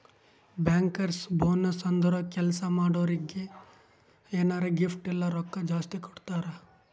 bankers bonus ಅಂದುರ್ ಕೆಲ್ಸಾ ಮಾಡೋರಿಗ್ ಎನಾರೇ ಗಿಫ್ಟ್ ಇಲ್ಲ ರೊಕ್ಕಾ ಜಾಸ್ತಿ ಕೊಡ್ತಾರ್